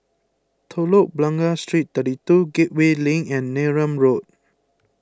Telok Blangah Street thirty two Gateway Link and Neram Road